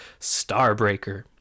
Starbreaker